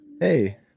hey